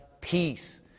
peace